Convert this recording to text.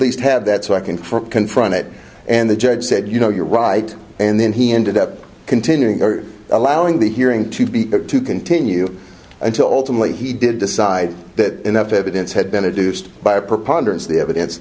least have that so i can for confront it and the judge said you know you're right and then he ended up continuing allowing the hearing to be to continue until tomorrow he did decide that enough evidence had been a deuced by a preponderance of the evidence